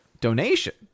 donation